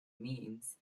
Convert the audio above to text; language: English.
means